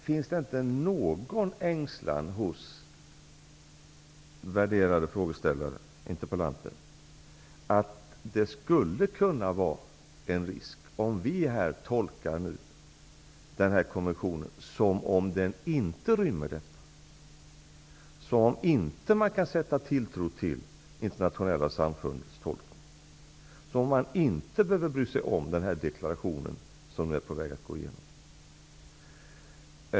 Finns det inte någon ängslan hos de värderade interpellanterna om att det skulle kunna medföra en risk om vi här tolkar konventionen som om den inte rymmer det här? Innebär det inte en risk om vi tolkar konventionen som om man inte kan sätta tilltro till de internationella samfundets tolkning och som om man inte behöver bry sig om den deklaration som nu är på väg att gå igenom?